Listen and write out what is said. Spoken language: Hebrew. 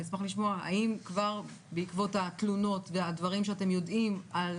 האם בעקבות התלונות והדברים שאתם יודעים על